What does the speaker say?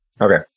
Okay